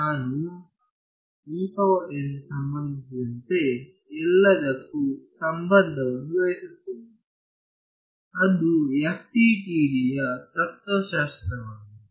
ನಾನು ಸಂಬಂಧಿಸಿದಂತೆ ಎಲ್ಲದಕ್ಕೂ ಸಂಬಂಧವನ್ನು ಬಯಸುತ್ತೇನೆ ಅದು FDTDಯ ತತ್ವಶಾಸ್ತ್ರವಾಗಿದೆ